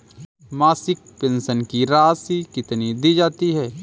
मासिक पेंशन की राशि कितनी दी जाती है?